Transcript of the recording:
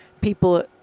people